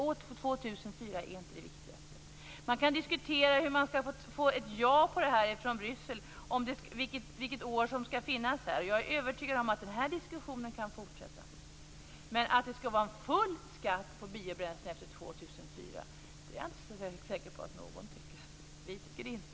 År 2004 är inte det viktigaste. Det går att diskutera hur det skall bli ett ja från Bryssel och vilket år det skall bli. Jag är övertygad om att diskussionen kan fortsätta. Jag är inte så säker på att någon tycker att det skall tas ut full skatt på biobränsle efter år 2004. Vi tycker inte det.